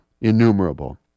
innumerable